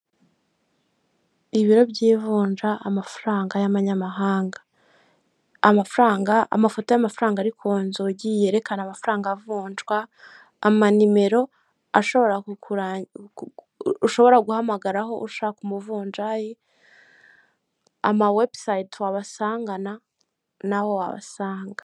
Ibiro by'ivunja amafaranga y'amanyamahanga amafaranga amafoto y'amafaranga ari ku nzugi yerekana amafaranga avunjwam nimero ushobora guhamagaraho ushaka umuvunjayi ama webusayite wabasangaho n'aho wabasanga.